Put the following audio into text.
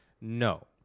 No